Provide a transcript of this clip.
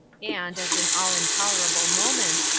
and, as in all intolerable moments,